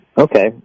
Okay